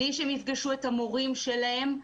בלי שהם יפגשו את המורים שלהם,